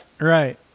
right